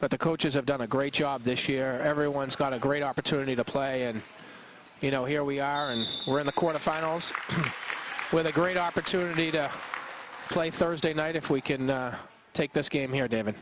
but the coaches have done a great job this year everyone's got a great opportunity to play and you know here we are and we're in the quarter finals with a great opportunity to play thursday night if we can take this game here david